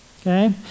okay